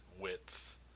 width